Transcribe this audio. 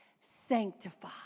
sanctify